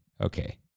Okay